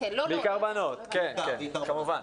בעיקר בנות, כמובן.